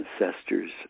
ancestors